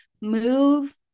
move